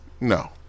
No